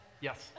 Yes